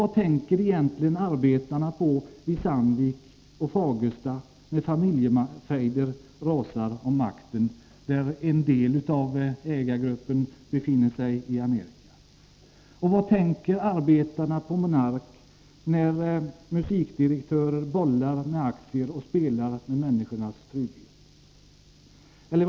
Vad tänker egentligen arbetarna på vid Sandvik och Fagersta, där en del av ägargruppen befinner sig i Amerika när familjefejder rasar om makten? Vad tänker arbetarna på Monark när musikdirektörer bollar med aktier och spelar med människornas trygghet?